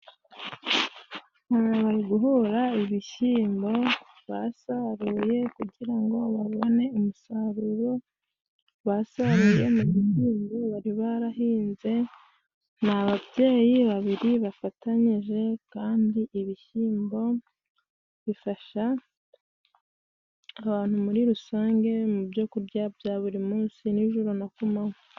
Mu guhura ibishyimbo basaruye kugira ngo babone umusaruro basaruye mu buhinge bari barahinze. Ni ababyeyi babiri bafatanyije kandi ibishyimbo bifasha abantu muri rusange mu byo kurya bya buri munsi n'ijoro na ku manywa.